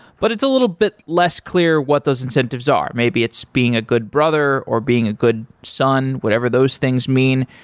but it's a little bit less clear what those incentives are. maybe it's being a good brother, or being a good son, whatever those things mean.